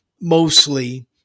mostly